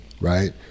right